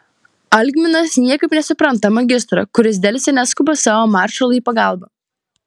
algminas niekaip nesupranta magistro kuris delsia neskuba savo maršalui į pagalbą